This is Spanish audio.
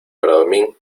bradomín